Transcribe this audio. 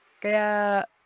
Kaya